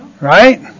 right